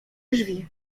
drzwi